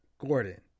Gordon